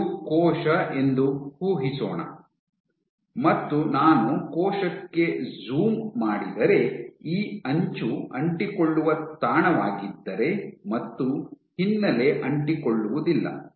ಇದು ಕೋಶ ಎಂದು ಊಹಿಸೋಣ ಮತ್ತು ನಾನು ಕೋಶಕ್ಕೆ ಜೂಮ್ ಮಾಡಿದರೆ ಈ ಅಂಚು ಅಂಟಿಕೊಳ್ಳುವ ತಾಣವಾಗಿದ್ದರೆ ಮತ್ತು ಹಿನ್ನೆಲೆ ಅಂಟಿಕೊಳ್ಳುವುದಿಲ್ಲ